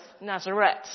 Nazareth